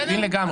אני מבין לגמרי.